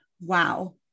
wow